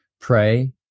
pray